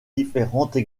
différentes